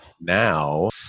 now